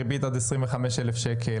ריבית עד 25,000 שקל,